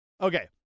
Okay